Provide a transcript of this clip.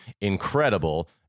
incredible